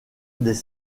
des